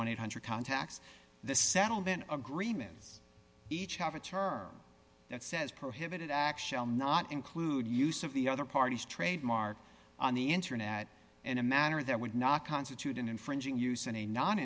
dollars contacts the settlement agreements each have a term that says prohibit it actual not include use of the other party's trademark on the internet in a manner that would not constitute an infringing use in a non